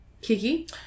Kiki